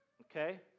okay